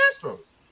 Astros